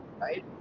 right